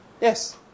Yes